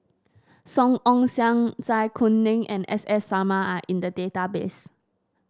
Song Ong Siang Zai Kuning and S S Sarma are in the database